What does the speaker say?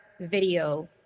video